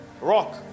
rock